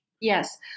Yes